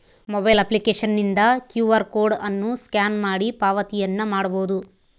mobile ಅಪ್ಲಿಕೇಶನ್ನಿಂದ Q R code ಅನ್ನು scan ಮಾಡಿ ಪಾವತಿಯನ್ನ ಮಾಡಬೊದು